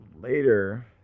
later